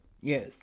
Yes